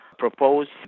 proposed